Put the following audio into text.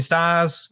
Stars